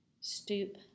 stoop